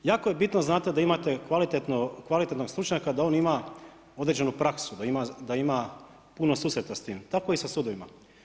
Jako je bitno znate, da imate kvalitetnog stručnjaka da on ima određenu praksu, da ima puno susreta s tim, tako i sa sudovima.